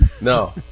No